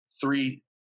three